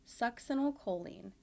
succinylcholine